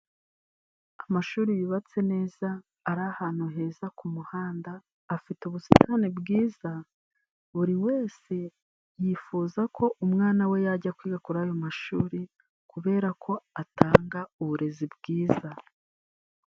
Amashuri yubatse neza ari ahantu heza ku muhanda, afite ubusitani bwiza buri wese yifuza ko umwana we yajya kwiga kuri ayo mashuri, kubera ko atanga uburezi bwiza.